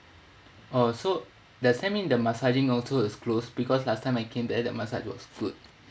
oh so does that mean the massaging also is closed because last time I came there the massage was good